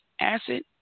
acid